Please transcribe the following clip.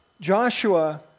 joshua